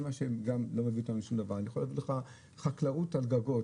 דוגמה נוספת היא חקלאות על גגות.